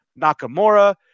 Nakamura